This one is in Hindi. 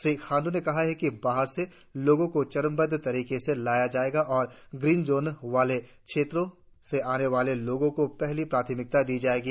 श्री खांड् ने कहा कि बाहर से लोगो को चरणबद्व तरीके से लाया जाएगा और ग्रीण जोन वाले क्षेत्रों से आने वाले लोगो को पहली प्राथमिकता दी जाएगी